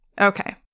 Okay